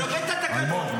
זה נוגד את התקנון.